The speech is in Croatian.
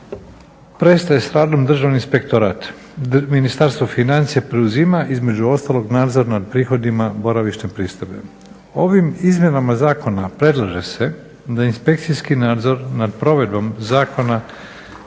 prestaje sa radom Državni inspektorat. Ministarstvo financija preuzima između ostalog nadzor nad prihodima boravišne pristojbe. Ovim izmjenama Zakona predlaže se da inspekcijski nadzor nad provedbom Zakona